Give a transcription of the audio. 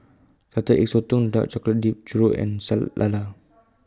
Salted Egg Sotong Dark Chocolate Dipped Churro and Sour Lala